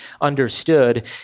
understood